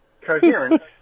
coherence